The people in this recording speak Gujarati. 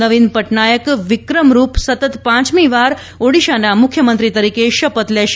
નવી પટનાયક વિક્રમરૂપ સતત પાંચમી વાર ઓડિશાના મુખ્યમંત્રી તરીકે શપથ લેશે